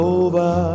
over